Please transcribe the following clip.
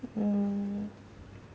mm